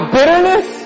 bitterness